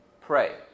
pray